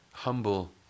humble